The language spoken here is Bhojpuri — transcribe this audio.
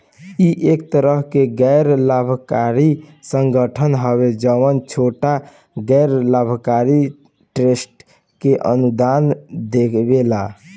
इ एक तरह के गैर लाभकारी संगठन हवे जवन छोट गैर लाभकारी ट्रस्ट के अनुदान देवेला